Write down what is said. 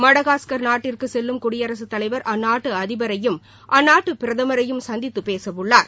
Madagascar நாட்டிற்கு செல்லும் குடியரசுத் தலைவர் அந்நாட்டு அதிபரையும் பிரதமரையும் சந்தித்து பேச்சு நடத்தவுள்ளார்